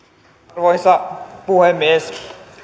arvoisa puhemies